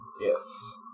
yes